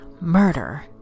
murder